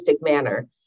manner